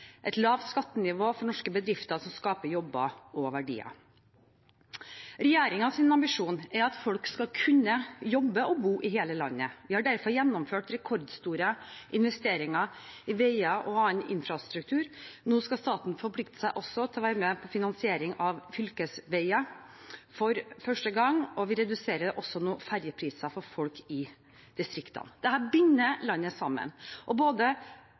et lavt skattenivå for norske bedrifter som skaper jobber og verdier. Regjeringens ambisjon er at folk skal kunne jobbe og bo i hele landet. Vi har derfor gjennomført rekordstore investeringer i veier og annen infrastruktur. Nå skal staten også forplikte seg til å være med på finansering av fylkesveier for første gang, og vi reduserer også nå ferjepriser for folk i distriktene. Dette binder landet sammen, og både